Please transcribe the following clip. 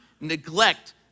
neglect